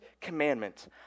commandment